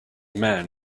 man